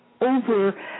over